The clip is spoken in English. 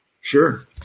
Sure